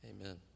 Amen